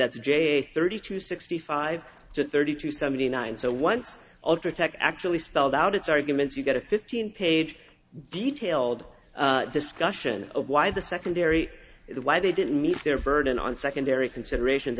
that's j s thirty two sixty five to thirty two seventy nine so once ultratech actually spelled out its arguments you get a fifteen page detailed discussion of why the secondary is why they didn't meet their burden on secondary considerations